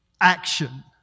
action